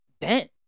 bent